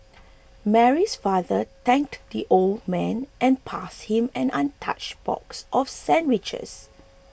Mary's father thanked the old man and passed him an untouched box of sandwiches